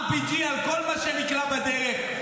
RPG על כל מה שנקרה בדרך,